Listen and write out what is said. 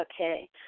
Okay